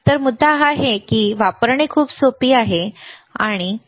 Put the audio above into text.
तर मुद्दा हा आहे की हे वापरणे खूप सोपे आहे वापरण्यास अत्यंत सोपे आहे बरोबर